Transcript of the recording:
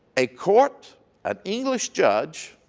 a court an english judge